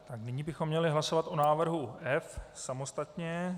A nyní bychom měli hlasovat o návrhu F samostatně.